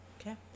Okay